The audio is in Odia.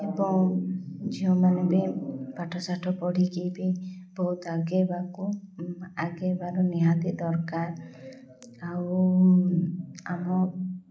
ଏବଂ ଝିଅମାନେ ବି ପାଠଶାଠ ପଢ଼ିକି ବି ବହୁତ ଆଗେଇବାକୁ ଆଗେଇବାରୁ ନିହାତି ଦରକାର ଆଉ ଆମ